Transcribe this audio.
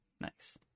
nice